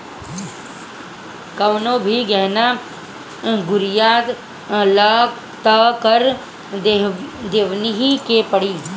कवनो भी गहना गुरिया लअ तअ कर देवही के पड़ी